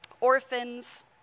orphans